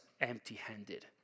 empty-handed